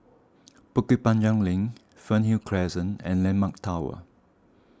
Bukit Panjang Link Fernhill Crescent and Landmark Tower